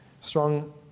Strong